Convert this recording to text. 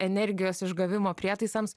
energijos išgavimo prietaisams